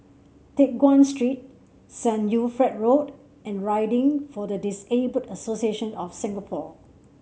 Teck Guan Street Saint Wilfred Road and Riding for the Disabled Association of Singapore